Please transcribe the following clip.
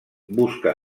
busca